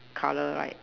color right